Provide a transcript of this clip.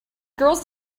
girls